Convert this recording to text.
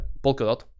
Polkadot